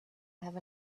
have